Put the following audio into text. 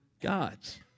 gods